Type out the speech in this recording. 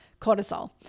cortisol